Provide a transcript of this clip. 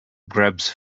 grabs